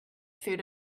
food